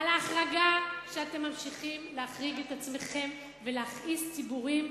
על ההחרגה שאתם ממשיכים להחריג את עצמכם ולהכעיס ציבורים.